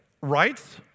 rights